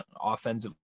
offensive